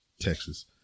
Texas